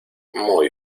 muy